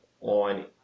on